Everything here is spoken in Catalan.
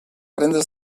rendes